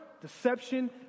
deception